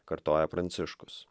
kartoja pranciškus